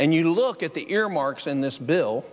and you look at the earmarks in this bill